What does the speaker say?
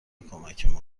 کمکمون